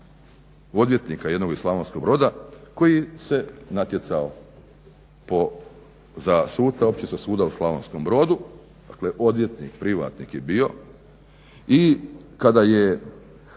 odvjetnika jednog iz Slavonskog Broda koji se natjecao za suca Općinskog suda u Slavonskom Brodu. Dakle, odvjetnik privatnik je bio i kada je